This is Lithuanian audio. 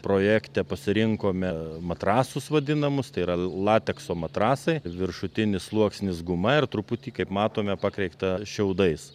projekte pasirinkome matrasus vadinamus tai yra latekso matrasai viršutinis sluoksnis guma ir truputį kaip matome pakreikta šiaudais